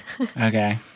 okay